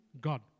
God